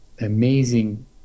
amazing